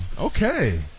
Okay